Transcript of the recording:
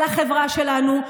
על החברה שלנו,